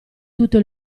tutto